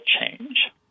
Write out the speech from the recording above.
change